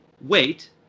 wait